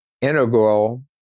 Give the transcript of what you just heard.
integral